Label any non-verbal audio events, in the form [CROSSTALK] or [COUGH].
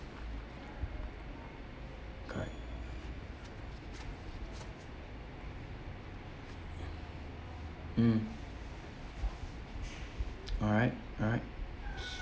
[NOISE] mm alright alright